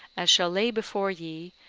as shall lay before ye,